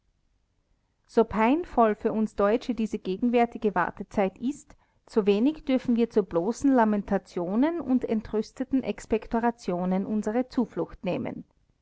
so peinvoll für uns deutsche diese gegenwärtige wartezeit ist so wenig dürfen wir zu bloßen lamentationen und entrüsteten expektorationen unsere zuflucht nehmen